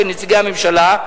ובין נציגי הממשלה,